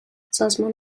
سازمان